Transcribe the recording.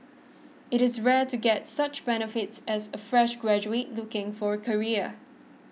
it is rare to get such benefits as a fresh graduate looking for a career